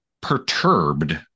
perturbed